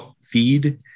feed